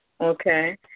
okay